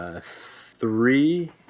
three